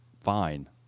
fine